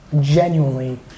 genuinely